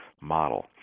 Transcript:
model